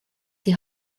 die